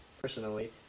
personally